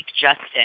justice